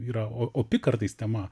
yra o opi kartais tema